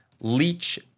Leech